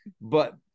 But-